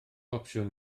opsiwn